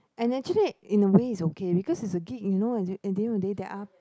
and actually in a way is okay because it's a gig you know and at the end of day there are